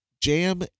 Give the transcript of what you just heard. jam